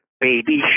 Baby